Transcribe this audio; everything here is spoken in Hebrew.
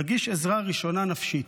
מגיש עזרה ראשונה נפשית.